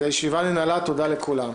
הישיבה ננעלה, תודה לכולם.